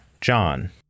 John